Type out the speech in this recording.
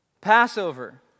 Passover